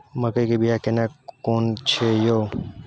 मकई के बिया केना कोन छै यो?